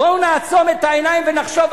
בואו נעצום את העיניים ונחשוב,